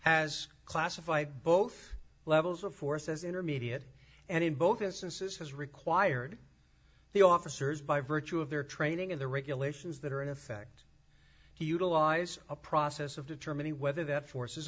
has classified both levels of force as intermediate and in both instances as required the officers by virtue of their training in the regulations that are in effect he utilize a process of determining whether that force